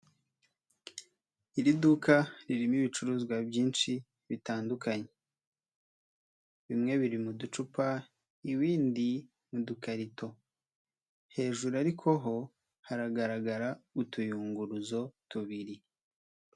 Iri duka ririmo ibicuruzwa byinshi bitandukanye bimwe biri mu ducupa, ibindi mu dukarito hejuru ariko ho haragaragara utuyunguruzo tubiri.